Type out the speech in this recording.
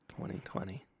2020